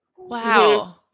Wow